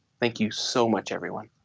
thank you so much everyone.